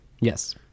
Yes